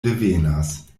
revenas